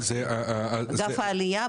אגף העלייה,